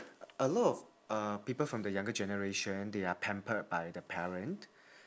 a lot of uh people from the younger generation they are pampered by the parent